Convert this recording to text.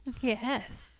Yes